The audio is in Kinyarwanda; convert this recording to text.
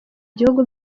gihugu